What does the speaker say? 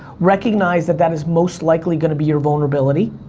recognize that that is most likely going to be your vulnerability,